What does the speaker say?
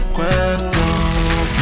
Question